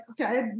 okay